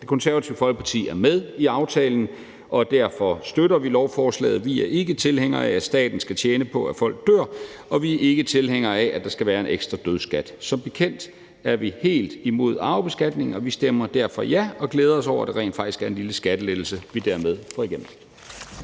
Det Konservative Folkeparti er med i aftalen, og derfor støtter vi lovforslaget. Vi er ikke tilhængere af, at staten skal tjene på, at folk dør, og vi er ikke tilhængere af, at der skal være en ekstra dødsskat. Som bekendt er vi helt imod arvebeskatningen, og vi stemmer derfor ja og glæder os over, at der rent faktisk er en lille skattelettelse, vi dermed får igennem.